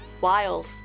Wild